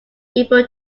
able